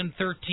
2013